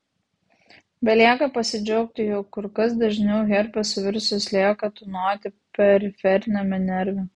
belieka pasidžiaugti jog kur kas dažniau herpeso virusas lieka tūnoti periferiniame nerve